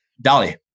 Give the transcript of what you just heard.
Dolly